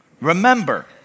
Remember